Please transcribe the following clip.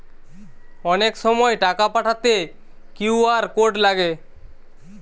অনেক সময় টাকা পাঠাতে কিউ.আর কোড লাগে